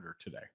today